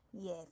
Yes